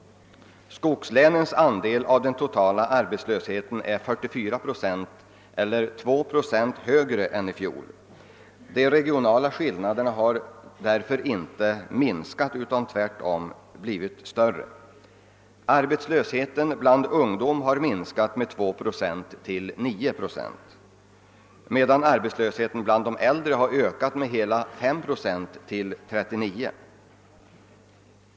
Skogslänens andel av den totala arbetslösheten är 44 procent eller 2 procent mera än i fjol. De regionala skillnaderna har därför inte minskat utan tvärtom blivit större. Arbetslösheten bland ungdomen har minskat till 9 procent, d.v.s. med 2 procent, medan arbetslösheten bland de äldre har ökat med hela 5 procent till 39.